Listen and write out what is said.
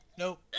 Nope